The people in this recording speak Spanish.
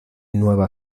nueva